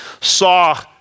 saw